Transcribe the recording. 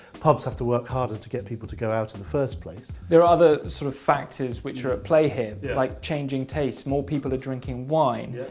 pubs have to work harder to get people to go out in the first place. there are other sort of factors which are at ah play here, like changing tastes, more people are drinking wine.